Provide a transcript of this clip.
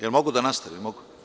Da li mogu da nastavim?